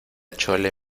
chole